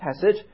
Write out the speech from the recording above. passage